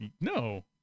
No